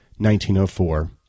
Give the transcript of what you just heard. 1904